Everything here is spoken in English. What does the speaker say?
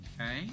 Okay